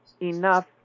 enough